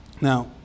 now